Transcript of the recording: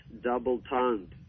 double-tongued